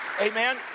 Amen